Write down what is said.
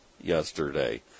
yesterday